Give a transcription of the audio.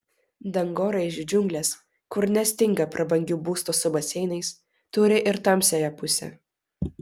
dangoraižių džiunglės kur nestinga prabangių būstų su baseinais turi ir tamsiąją pusę